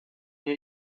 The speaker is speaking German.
mir